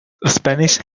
spanish